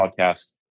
podcast